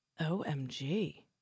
OMG